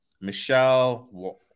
Michelle